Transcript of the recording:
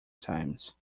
times